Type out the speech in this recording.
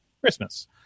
Christmas